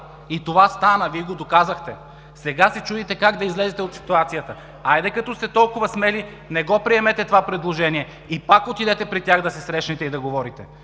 и това стана. Вие го доказахте. Сега се чудите как да излезете от ситуацията. Като сте толкова смели, не го приемайте това предложение и пак отидете при тях да се срещнете и да говорите.